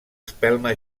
espelma